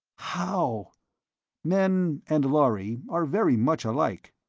how men and lhari are very much alike,